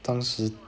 当时